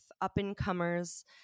up-and-comers